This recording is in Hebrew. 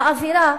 האווירה,